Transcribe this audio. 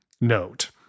note